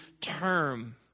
term